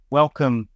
welcome